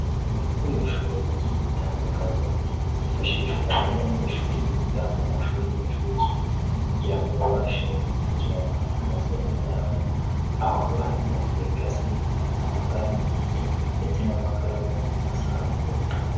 Ibikoresho bigiye bitandukanye byifashishwa n'abanyeshuri biga mu mashuri y'inshuke, kugira ngo babashe gukurikirana amasomo yabo aho haba harimo imikani, amakaramu y'ibiti ndetse n'amakaramu asanzwe.